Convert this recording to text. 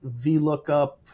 VLOOKUP